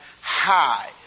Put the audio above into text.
high